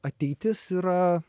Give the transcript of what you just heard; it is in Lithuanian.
ateitis yra